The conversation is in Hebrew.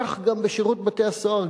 כך גם בשירות בתי-הסוהר.